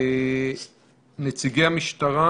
נציגי המשטרה